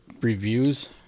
reviews